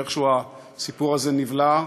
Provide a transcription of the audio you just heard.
ואיכשהו הסיפור הזה נבלע.